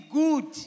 good